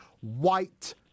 white